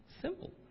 simple